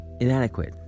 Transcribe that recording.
inadequate